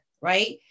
right